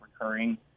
recurring